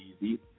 easy